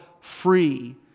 free